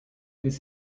this